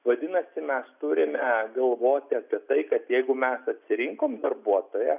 vadinasi mes turime galvoti apie tai kad jeigu mes atsirinkom darbuotoją